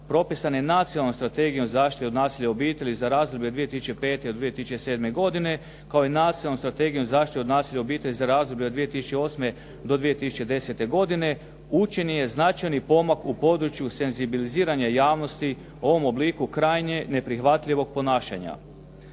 propisane Nacionalnom strategijom zaštite od nasilja u obitelji za razdoblje 2005.-2007. godine kao nastavnom strategijom zaštiti od nasilja u obitelj za razdoblje od 2008. do 2010. godine učinjen je značajni pomak u području senzibiliziranja javnosti u ovom obliku krajnje neprihvatljivog ponašanja.